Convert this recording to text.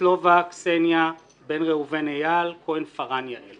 סבטלובה קסניה, בן ראובן אייל, כהן פארן יעל.